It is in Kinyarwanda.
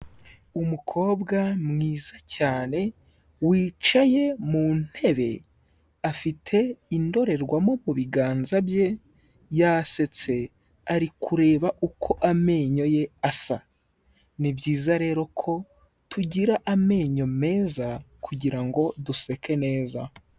Umukobwa mwiza cyane wicaye mu ntebe, afite indorerwamo mu biganza bye, yasetse ari kureba uko amenyo ye asa. Ni byiza rero ko tugira amenyo meza, kugira ngo duseke neza.